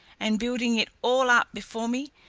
and building it all up before me,